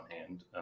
hand